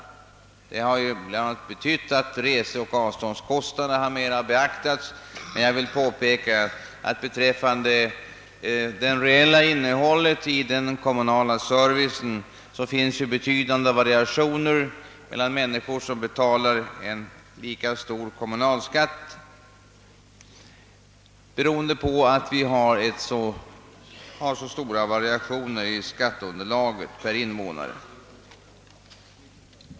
Bland annat har reseoch avståndskostnaderna över huvud taget mera beaktats. Jag vill dock påpeka att den kommunala servicen är i hög grad olika även när det gäller människor som betalar en lika stor kommunalskatt, beroende på de stora variationerna i skatteunderlaget per invånare.